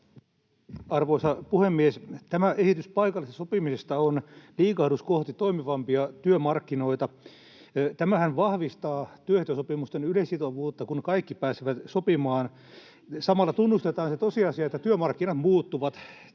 Arvoisa puhemies! Tämä esitys paikallisesta sopimista on liikahdus kohti toimivampia työmarkkinoita. Tämähän vahvistaa työehtosopimusten yleissitovuutta, kun kaikki pääsevät sopimaan. [Naurua vasemmalta] Samalla tunnustetaan se tosiasia, että työmarkkinat muuttuvat: